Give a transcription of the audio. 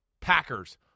Packers